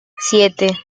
siete